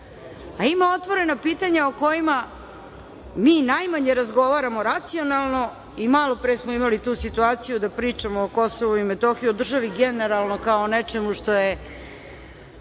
a ima otvorena pitanja o kojima mi najmanje razgovaramo racionalno. Malopre smo imali tu situaciju da pričamo o KiM, o državi generalno kao o nečemu što je